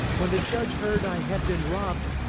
when the judge heard i had been robbed,